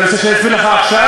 אתה רוצה שאסביר לך עכשיו?